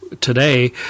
today